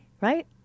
right